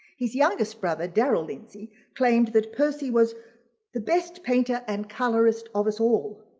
his youngest brother darrel lindsay claimed that percy was the best painter and colorist of us all,